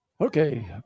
okay